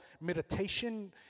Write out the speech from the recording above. meditation